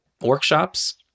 workshops